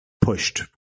pushed